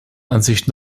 ansicht